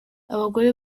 abagore